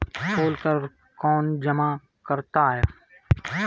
पोल कर कौन जमा करवाता है?